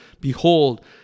Behold